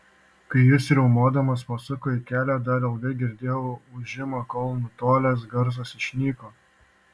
kai jis riaumodamas pasuko į kelią dar ilgai girdėjau ūžimą kol nutolęs garsas išnyko